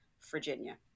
Virginia